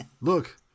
look